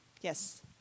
yes